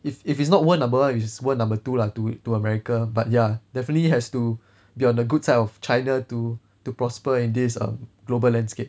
if if it's not world number one is world number two lah to to america but ya definitely has to be on the good side of china to to prosper in this global landscape